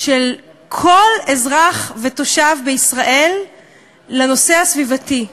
של כל אזרח ותושב בישראל לנושא הסביבתי,